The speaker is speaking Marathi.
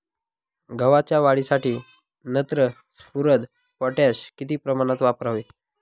गव्हाच्या वाढीसाठी नत्र, स्फुरद, पोटॅश किती प्रमाणात वापरावे?